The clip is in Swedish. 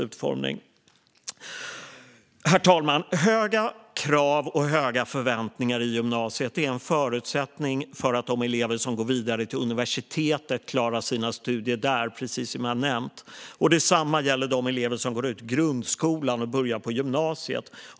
Herr talman! Höga krav och höga förväntningar i gymnasiet är en förutsättning för att de elever som går vidare till universitetet klarar sina studier där, precis som jag har nämnt. Detsamma gäller de elever som går ut grundskolan och börjar på gymnasiet.